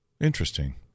Interesting